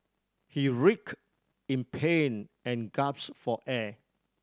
he rick in pain and for air